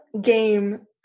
game